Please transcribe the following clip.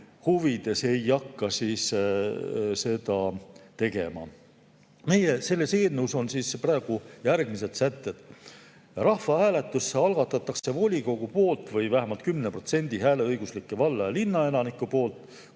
huvides ei hakka seda tegema. Meie eelnõus on praegu järgmised sätted. Rahvahääletus algatatakse volikogu poolt või vähemalt 10% hääleõiguslike valla‑ või linnaelanike poolt,